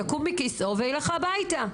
יקום מכיסאו ויילך הביתה.